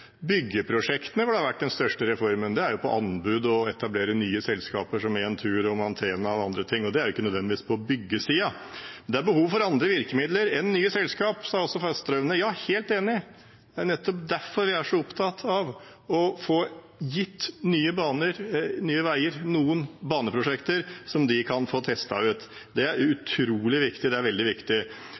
på å etablere nye selskaper, som Entur, Mantena og andre ting. Det er jo ikke nødvendigvis på byggesiden. Det er behov for andre virkemidler enn nye selskap, sa også Fasteraune. Ja, jeg er helt enig, det er nettopp derfor vi er så opptatt av å få gitt Nye Veier noen baneprosjekter som de kan få testet ut. Det er utrolig viktig, det er veldig viktig.